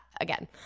Again